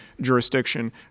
jurisdiction